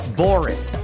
boring